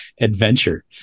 adventure